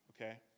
Okay